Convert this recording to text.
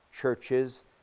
churches